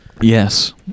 yes